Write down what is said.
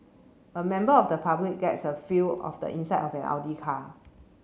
a member of the public gets a feel of the inside of an Audi car